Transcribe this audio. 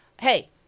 hey